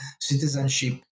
citizenship